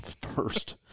first